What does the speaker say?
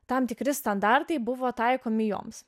tam tikri standartai buvo taikomi joms